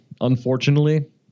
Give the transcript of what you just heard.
unfortunately